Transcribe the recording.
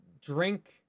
drink